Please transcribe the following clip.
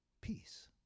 Peace